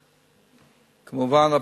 כמובן,